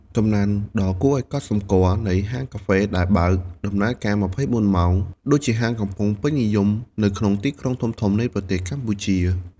កំណើនដ៏គួរឲ្យកត់សម្គាល់នៃហាងកាហ្វេដែលបើកដំណើរការ ២៤ ម៉ោង ដូចជាហាង កំពុងពេញនិយមនៅក្នុងទីក្រុងធំៗនៃប្រទេសកម្ពុជា។